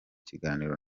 kiganiro